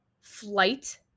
flight